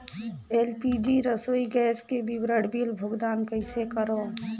LPG रसोई gas के विवरण बिल भुगतान कइसे करों?